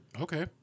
Okay